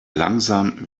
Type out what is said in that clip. langsam